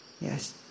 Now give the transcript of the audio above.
yes